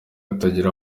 atagira